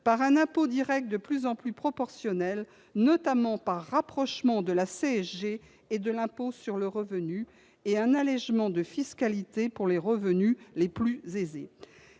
par un impôt direct de plus en plus proportionnel, notamment le rapprochement de la CSG et de l'impôt sur le revenu et un allégement de fiscalité pour les revenus les plus aisés.